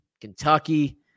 Kentucky